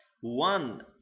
one